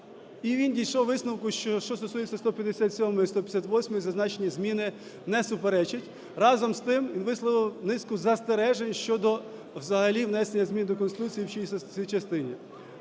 він дійшов висновку, що стосується 157-ї і 158-ї, зазначені зміни не суперечать. Разом з тим він висловив низку застережень щодо взагалі внесення змін до Конституції в цій частині.